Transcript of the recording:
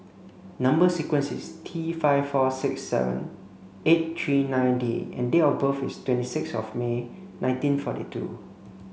number sequence is T five four six seven eight three nine D and date of birth is twenty six of May nineteen forty two